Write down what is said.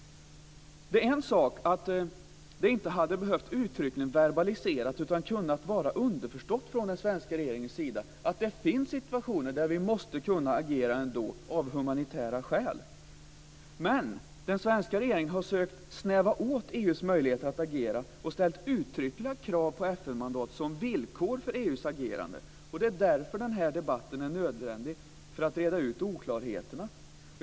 Det är en sak att det inte hade behövt uttryckligen verbaliseras utan kunnat vara underförstått från den svenska regeringens sida att det finns situationer där vi måste kunna agera ändå av humanitära skäl. Men den svenska regeringen har sökt snäva åt EU:s möjligheter att agera och ställt uttryckliga krav på FN mandat som villkor för EU:s agerande. Det är därför den här debatten är nödvändig för att reda ut oklarheterna.